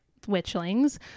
Witchlings